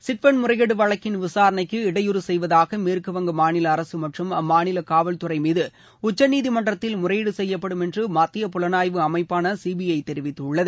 chit fund முறைகேடு வழக்கின் விசாரணைக்கு இடையூறு செய்வதாக மேற்குவங்க மாநில அரசு மற்றும் அம்மாநில காவல் துறை மீது உச்சநீதிமன்றத்தில் முறையீடு செய்யப்படும் என்று மத்திய புலனாய்வு அமைப்பான சிபிஐ தெரிவித்துள்ளது